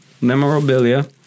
memorabilia